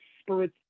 spirit